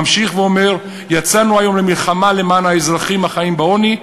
הוא ממשיך ואומר: "יצאנו היום למלחמה למען האזרחים החיים בעוני.